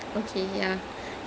ya